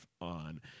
on